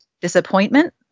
disappointment